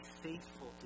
faithful